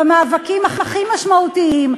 במאבקים הכי משמעותיים,